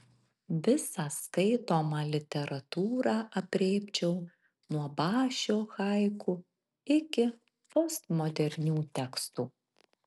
visą skaitomą literatūrą aprėpčiau nuo bašio haiku iki postmodernių tekstų